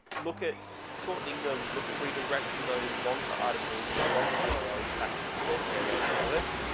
look at shortening the look at redirecting those long articles or long yeah urls back to the short variation of it,